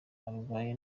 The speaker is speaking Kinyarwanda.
arwaye